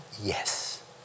Yes